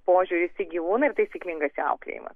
požiūris į gyvūną ir taisyklingas jo auklėjimas